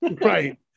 Right